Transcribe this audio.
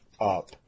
up